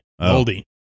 Oldie